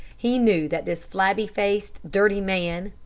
he knew that this flabby-faced, dirty man,